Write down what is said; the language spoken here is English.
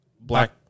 black